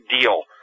deal